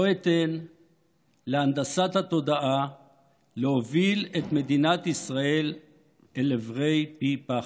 לא אתן להנדסת התודעה להוביל את מדינת ישראל אל עברי פי פחת.